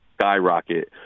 skyrocket